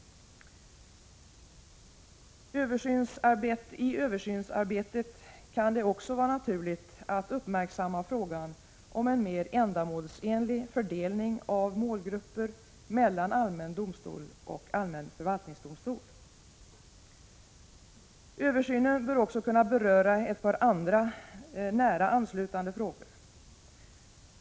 I översynsarbetet kan det också vara naturligt att uppmärksamma frågan om en mer ändamålsenlig fördelning av målgrupper mellan allmän domstol och allmän förvaltningsdomstol. Översynen bör också kunna beröra ett par andra nära anslutande frågor.